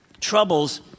troubles